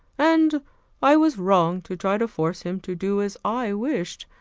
and i was wrong to try to force him to do as i wished.